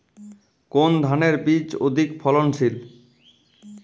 কোন ধানের বীজ অধিক ফলনশীল?